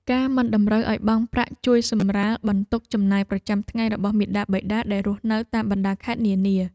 ការមិនតម្រូវឱ្យបង់ប្រាក់ជួយសម្រាលបន្ទុកចំណាយប្រចាំថ្ងៃរបស់មាតាបិតាដែលរស់នៅតាមបណ្តាខេត្តនានា។